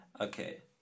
Okay